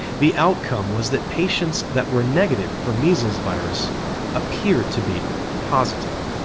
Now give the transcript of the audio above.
the outcome was that patients that were negative for measles virus appear to be positive.